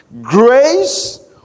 grace